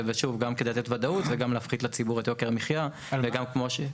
גם כדי לתת ודאות וגם כדי להפחית את יוקר המחיה עבור הציבור.